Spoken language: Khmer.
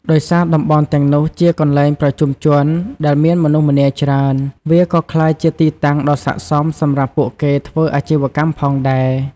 ដោយសារតំបន់ទាំងនោះជាកន្លែងប្រជុំជនដែលមានមនុស្សម្នាច្រើន វាក៏ក្លាយជាទីតាំងដ៏ស័ក្តិសមសម្រាប់ពួកគេធ្វើអាជីវកម្មផងដែរ។